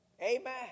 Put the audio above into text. Amen